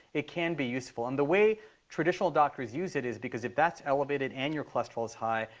it can be useful. and the way traditional doctors use it is because if that's elevated and your cholesterol is high,